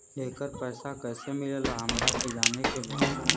येकर पैसा कैसे मिलेला हमरा के जाने के बा?